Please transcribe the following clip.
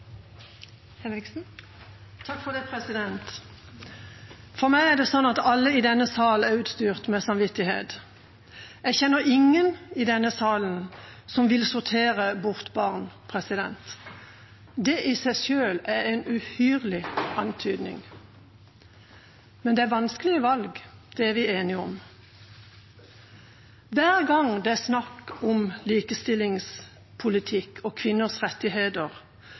det sånn at alle i denne salen er utstyrt med samvittighet. Jeg kjenner ingen i denne salen som vil sortere bort barn. Det i seg selv er en uhyrlig antydning. Men det er vanskelige valg, det er vi enige om. Hver gang det er snakk om likestillingspolitikk og kvinners rettigheter,